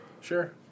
Sure